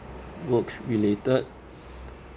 work related